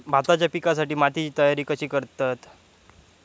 भाताच्या पिकासाठी मातीची तयारी कशी करतत?